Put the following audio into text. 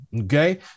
Okay